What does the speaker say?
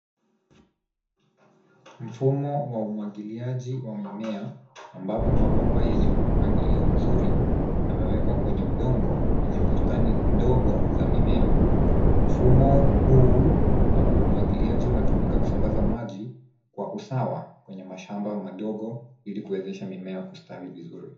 Mfumo wa umwagiliaji wa mimea ambapo mabomba yenye mpangilio mzuri yamewekwa kwenye udongo wenye bustani ndogo za mimea. Mfumo huu wa umwagiliaji unatumika kusambaza maji kwa usawa kwenye mashamba madogo ili kuwezesha mimea kustawi vizuri.